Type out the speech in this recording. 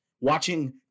Watching